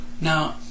now